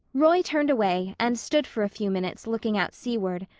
roy turned away and stood for a few minutes looking out seaward.